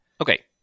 Okay